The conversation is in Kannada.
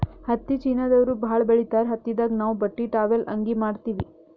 ಹತ್ತಿ ಚೀನಾದವ್ರು ಭಾಳ್ ಬೆಳಿತಾರ್ ಹತ್ತಿದಾಗ್ ನಾವ್ ಬಟ್ಟಿ ಟಾವೆಲ್ ಅಂಗಿ ಮಾಡತ್ತಿವಿ